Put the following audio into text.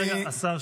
השר,